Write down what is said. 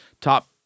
top